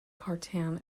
cartan